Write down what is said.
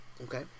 Okay